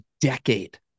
decade